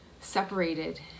separated